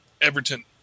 Everton